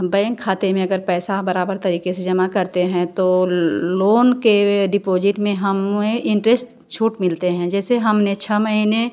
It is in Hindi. बैंक खाते में अगर पैसा बराबर तरीक़े से जमा करते हैं तो लोन के डिपॉजिट में हमें इंटरेस्ट छूट मिलते हैं जैसे हम ने छः महीने